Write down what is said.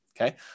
Okay